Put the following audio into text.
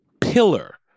pillar